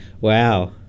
Wow